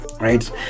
right